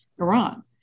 Iran